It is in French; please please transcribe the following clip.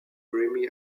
grammy